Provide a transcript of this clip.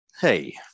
Hey